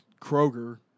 Kroger